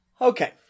okay